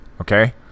okay